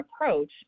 approach